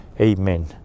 Amen